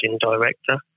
director